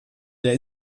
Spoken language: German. der